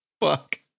Fuck